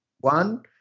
one